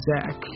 Zach